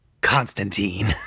Constantine